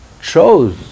chose